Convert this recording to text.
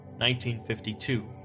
1952